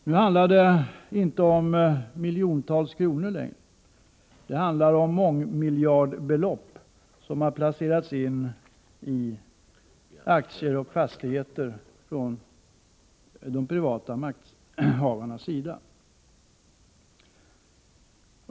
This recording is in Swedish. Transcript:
Nu handlar det emellertid inte längre om miljontals kronor — nu handlar det om mångmiljardbelopp som har placerats i aktier och fastigheter från de privata makthavarnas sida.